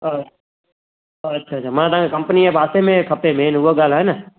अछा छा मां तव्हांखे कंपनी जे पासे में खपे मेन उहा ॻाल्हि आहे न